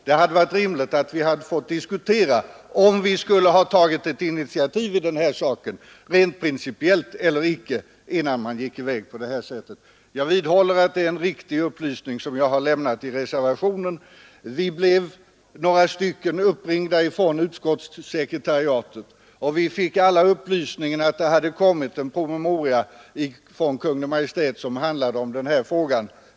Det hade ren principiellt varit rimligt att få diskutera om vi skulle ha tagit ett initiativ i den här saken innan ni gick till väga på detta sätt. Jag vidhåller att det är en riktig upplysning jag lämnat i reservationen. Vi var några stycken som blev uppringda från utskottssekretariatet och fick upplysningen att det kommit en PM från Kungl. Maj:t i det här ärendet.